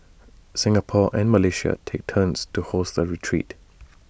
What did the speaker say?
Singapore and Malaysia take turns to host the retreat